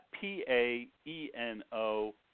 P-A-E-N-O